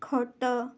ଖଟ